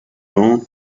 dawn